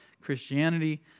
Christianity